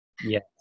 Yes